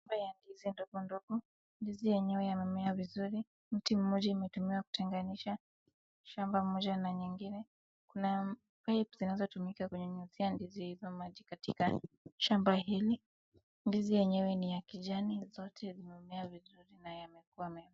Ya ndizi ndogo ndogo. Ndizi yenyewe yamemea vizuri. Mti mmoja imetumiwa kutenganisha shamba moja na nyingine. Kuna pipes zinazotumika kunyonyesha ndizi hizo maji katika shamba hili. Ndizi yenyewe ni ya kijani. Zote zimemea vizuri na yamekua.